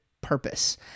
purpose